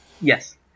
Yes